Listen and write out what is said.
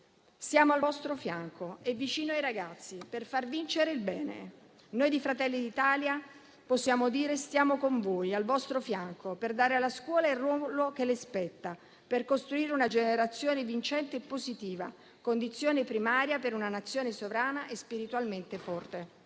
siamo al vostro fianco e vicino ai ragazzi, per far vincere il bene. Noi di Fratelli d'Italia possiamo dire: siamo con voi, al vostro fianco, per dare alla scuola il ruolo che le spetta, per costruire una generazione vincente e positiva, condizione primaria per una Nazione sovrana e spiritualmente forte.